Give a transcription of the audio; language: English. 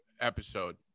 episode